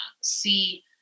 see